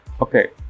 okay